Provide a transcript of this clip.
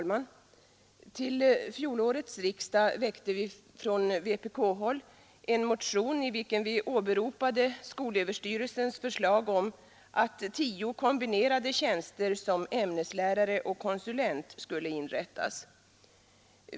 Herr talman! Till fjolårets riksdag väckte vi från vpk-håll en motion i vilken vi åberopade skolöverstyrelsens förslag om att tio kombinerade tjänster som ämneslärare och konsulent skulle inrättas.